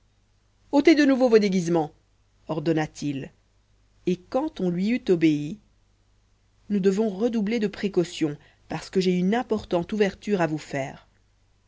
ôtez de nouveau vos déguisements ordonna-t-il et quand on lui eut obéi nous devons redoubler de précautions parce que j'ai une importante ouverture à vous faire